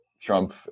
Trump